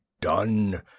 done